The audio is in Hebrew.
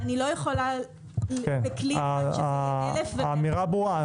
אני לא יכולה בכלי אחד שזה יהיה 1,000 --- האמירה ברורה.